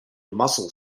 muscle